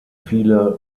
viele